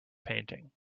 painting